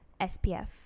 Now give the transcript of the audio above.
SPF